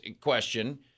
question